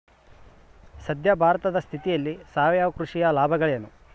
ಸದ್ಯ ಭಾರತದ ಸ್ಥಿತಿಯಲ್ಲಿ ಸಾವಯವ ಕೃಷಿಯ ಲಾಭಗಳೇನು?